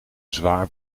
zwaar